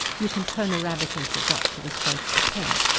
you can turn a rabbit into a duck with a stroke of a pen.